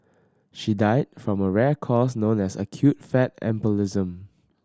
she died from a rare cause known as acute fat embolism